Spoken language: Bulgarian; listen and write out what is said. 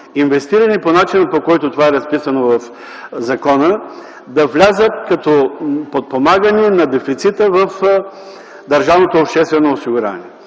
инвестирани по начина, който е записан в закона, да влязат като подпомагане на дефицита в държавното обществено осигуряване.